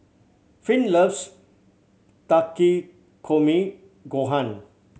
Finn loves Takikomi Gohan